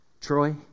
Troy